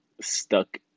stuck